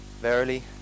Verily